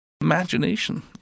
imagination